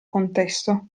contesto